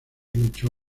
luchó